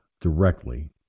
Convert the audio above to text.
directly